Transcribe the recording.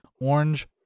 orange